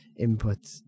inputs